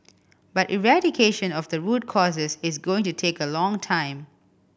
but eradication of the root causes is going to take a long time